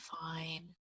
fine